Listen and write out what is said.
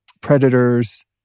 predators